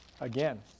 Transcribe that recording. Again